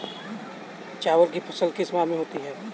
चावल की फसल किस माह में होती है?